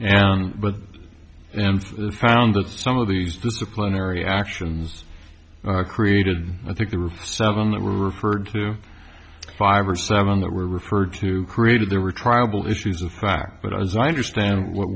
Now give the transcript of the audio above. correct and found that some of these disciplinary actions created i think there were some that were referred to five or seven that were referred to created there were tribal issues the fact that as i understand what